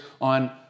on